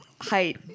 height